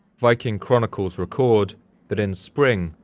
viking chronicles record that in spring,